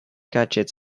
gadgets